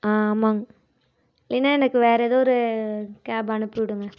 ஆ ஆமாங்க இல்லைனா எனக்கு வேற ஏதோ ஒரு கேப் அனுப்பி விடுங்க